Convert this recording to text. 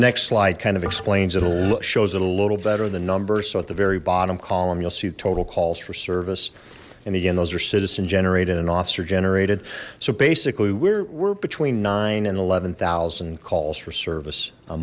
next slide kind of explains it a lot shows it a little better the number so at the very bottom column you'll see total calls for service and again those are citizen generated an officer generated so basically we're between nine and eleven thousand calls for service a